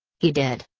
he did!